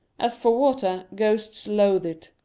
as for water, ghosts loathe it.